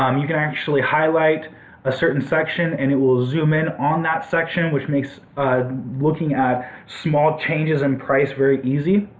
um you can actually highlight a certain section and it will zoom in on that section which makes ah looking at small changes in price very easy.